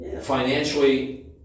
financially